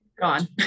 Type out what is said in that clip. Gone